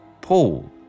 Paul